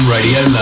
Radio